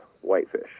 whitefish